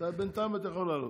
בינתיים אתה יכול לעלות.